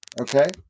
Okay